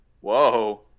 Whoa